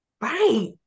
Right